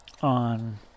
on